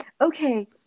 Okay